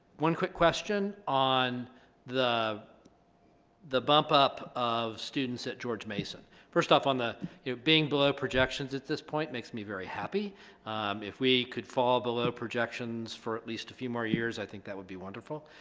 one quick question on the the bump up of students at george mason first off on the being below projections at this point makes me very happy if we could fall below projections for at least a few more years i think that would be wonderful